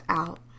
out